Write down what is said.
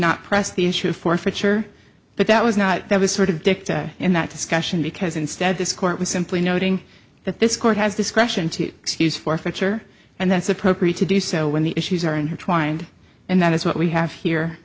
not press the issue of forfeiture but that was not there was sort of dicta in that discussion because instead this court was simply noting that this court has discretion to excuse forfeiture and that's appropriate to do so when the issues are intertwined and that is what we have here